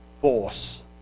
force